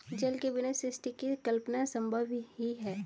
जल के बिना सृष्टि की कल्पना असम्भव ही है